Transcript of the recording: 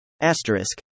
Asterisk